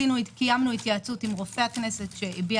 קיימנו התייעצות עם רופא הכנסת שהביע